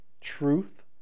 truth